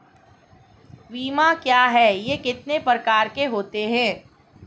बीमा क्या है यह कितने प्रकार के होते हैं?